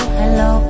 hello